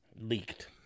Leaked